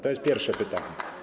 To jest pierwsze pytanie.